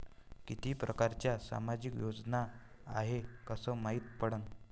कितीक परकारच्या सामाजिक योजना हाय कस मायती पडन?